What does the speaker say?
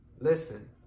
Listen